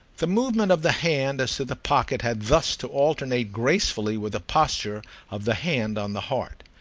the movement of the hand as to the pocket had thus to alternate gracefully with the posture of the hand on the heart.